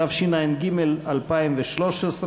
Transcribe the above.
התשע"ג 2013,